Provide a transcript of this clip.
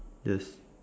yes